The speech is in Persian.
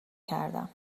کردم